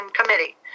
committee